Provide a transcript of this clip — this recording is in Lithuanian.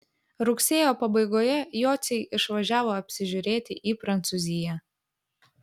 rugsėjo pabaigoje jociai išvažiavo apsižiūrėti į prancūziją